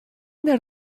that